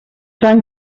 van